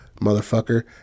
motherfucker